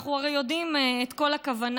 אנחנו הרי יודעים את כל הכוונה.